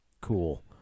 cool